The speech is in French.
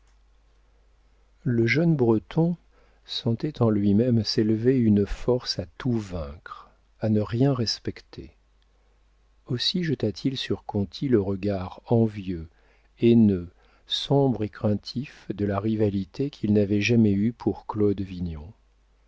le jeune breton sentait en lui-même s'élever une force à tout vaincre à ne rien respecter aussi jeta-t-il sur conti le regard envieux haineux sombre et craintif de la rivalité qu'il n'avait jamais eue pour